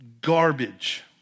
garbage